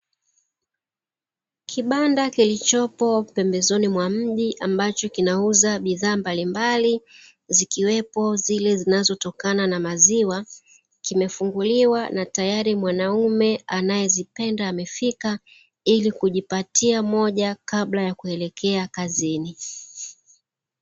Kibanda kilichopo pembezoni mwa mji ambacho kinauza bidhaa mbalimbali zikiwepo zile zinazotokana na maziwa, kimefunguliwa na tayari mwanaume anayezipenda amefika, ili kujipatia moja kabla ya kuelekea kazini.